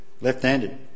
Left-handed